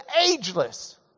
ageless